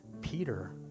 Peter